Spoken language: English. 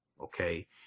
okay